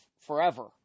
forever